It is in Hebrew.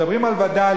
מדברים על וד"לים,